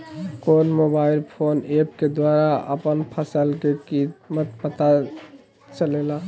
कौन mobile phone app के द्वारा अपन फसल के कीमत पता चलेगा?